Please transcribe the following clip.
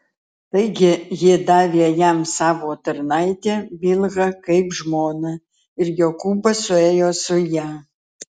taigi ji davė jam savo tarnaitę bilhą kaip žmoną ir jokūbas suėjo su ja